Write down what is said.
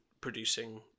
producing